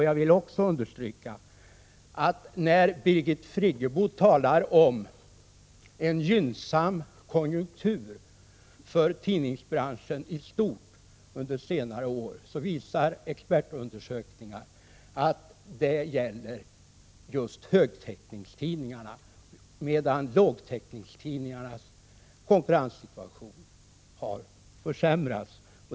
Jag vill också understryka att medan Birgit Friggebo talar om en gynnsam konjunktur för tidningsbranschen i stort under senare år, visar expertutredningar att detta gäller högtäckningstidningarna. Lågtäckningstidningarnas konkurrenssituation har däremot försämrats.